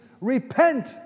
repent